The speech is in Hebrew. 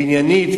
ועניינית,